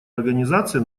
организации